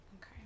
Okay